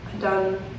done